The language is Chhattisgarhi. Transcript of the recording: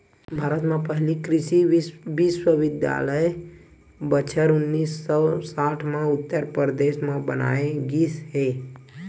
भारत म पहिली कृषि बिस्वबिद्यालय बछर उन्नीस सौ साठ म उत्तर परदेस म बनाए गिस हे